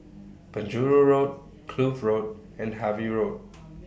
Penjuru Road Kloof Road and Harvey Road